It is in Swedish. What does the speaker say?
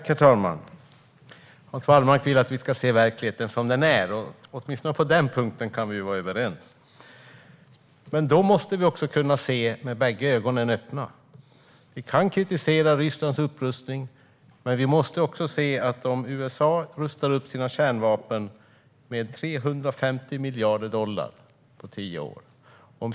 Herr talman! Hans Wallmark vill att vi ska se verkligheten som den är. Åtminstone på den punkten kan vi vara överens. Men då måste vi också kunna se med bägge ögonen öppna. Vi kan kritisera Rysslands upprustning. Men USA rustar upp sina kärnvapen med 350 miljarder dollar på tio år.